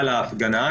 על ההפגנה,